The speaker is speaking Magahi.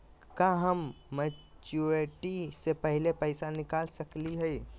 का हम मैच्योरिटी से पहले पैसा निकाल सकली हई?